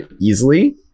easily